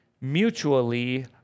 mutually